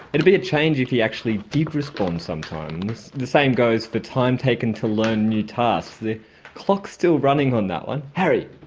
it would be a change if he actually did respond sometimes. the same goes for time taken to learn new tasks, the clock's still running on that one. harri,